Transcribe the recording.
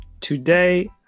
Today